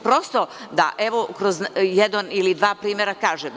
Prosto, evo da kroz jedan ili dva primera kažem.